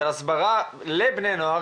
של הסברה לבני נוער.